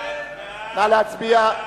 סעיף 1,